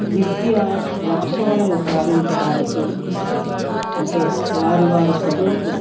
విద్య లక్ష్యాలను సాధించడానికి అంటే వారి వారి చదువుకు